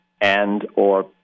and/or